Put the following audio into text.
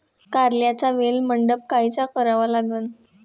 कारल्याचा वेल मंडप कायचा करावा लागन?